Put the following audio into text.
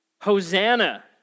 Hosanna